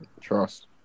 Trust